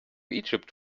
egypt